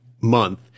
month